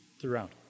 throughout